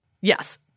Yes